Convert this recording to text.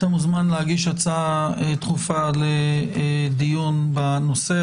אתה מוזמן להגיש הצעה דחופה לדיון בנושא,